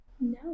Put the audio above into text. No